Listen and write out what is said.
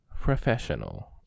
professional